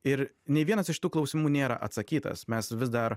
ir nei vienas iš tų klausimų nėra atsakytas mes vis dar